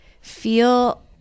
feel